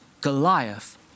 Goliath